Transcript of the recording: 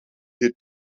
dit